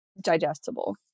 digestible